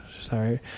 Sorry